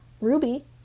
Ruby